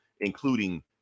including